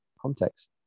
context